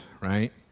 right